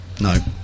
No